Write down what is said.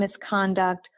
misconduct